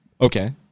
Okay